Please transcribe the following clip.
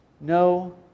no